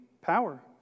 power